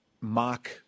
mock